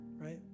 right